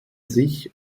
sich